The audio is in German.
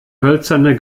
hölzerne